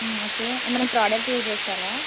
okay ఏమైనా product use చేసారా